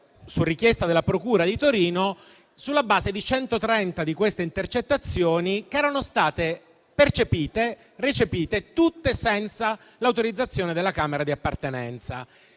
sulla base di 130 di queste intercettazioni che erano state recepite tutte senza l'autorizzazione della Camera di appartenenza.